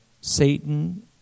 Satan